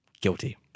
guilty